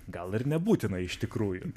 gal ir nebūtina iš tikrųjų